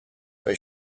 but